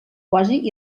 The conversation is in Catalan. quasi